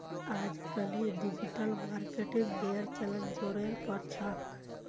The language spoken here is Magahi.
अजकालित डिजिटल मार्केटिंगेर चलन ज़ोरेर पर छोक